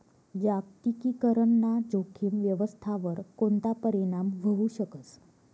जागतिकीकरण ना जोखीम व्यवस्थावर कोणता परीणाम व्हवू शकस